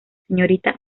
señorita